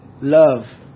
Love